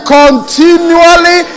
continually